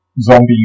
Zombie